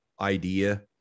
idea